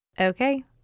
Okay